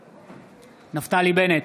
בעד נפתלי בנט,